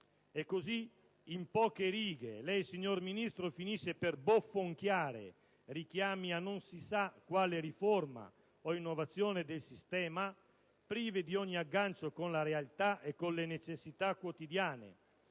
E così, in poche righe il Ministro finisce per bofonchiare richiami a non si sa quale riforma o innovazione del sistema, privi di ogni aggancio con la realtà e con le necessità quotidiane,